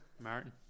Martin